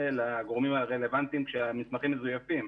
לגורמים הרלוונטיים כשהמסמכים מזוייפים.